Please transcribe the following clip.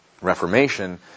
Reformation